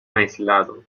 aislado